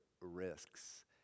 risks